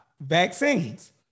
vaccines